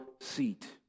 seat